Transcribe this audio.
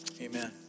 amen